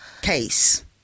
case